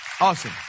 Awesome